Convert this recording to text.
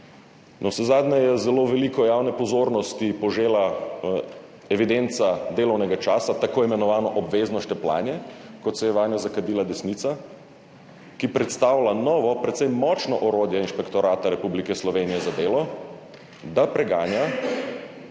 Navsezadnje je zelo veliko javne pozornosti požela evidenca delovnega časa, tako imenovano obvezno štempljanje, kot se je vanj zakadila desnica, ki predstavlja novo, precej močno orodje Inšpektorata Republike Slovenije za delo, da preganja